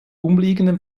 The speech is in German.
umliegenden